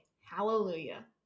hallelujah